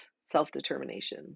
self-determination